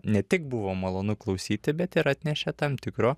ne tik buvo malonu klausyti bet ir atnešė tam tikro